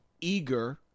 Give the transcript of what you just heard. eager